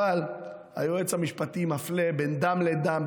אבל היועץ המשפטי מפלה בין דם לדם,